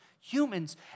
humans